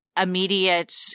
immediate